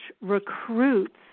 recruits